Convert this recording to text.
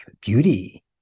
beauty